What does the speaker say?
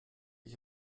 ich